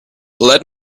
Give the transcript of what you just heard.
let